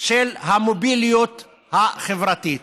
של המוביליות החברתית.